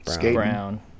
Brown